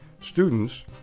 Students